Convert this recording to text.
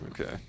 Okay